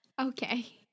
Okay